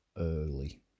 early